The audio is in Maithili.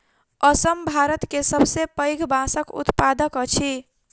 असम भारत के सबसे पैघ बांसक उत्पादक अछि